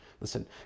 Listen